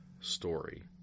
story